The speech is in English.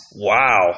Wow